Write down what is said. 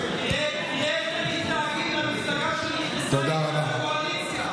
תראה איך הם מתנהגים למפלגה שנכנסה איתם לקואליציה,